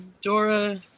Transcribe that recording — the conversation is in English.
Dora